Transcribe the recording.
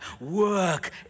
Work